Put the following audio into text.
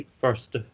first